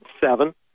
seven